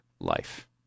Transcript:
life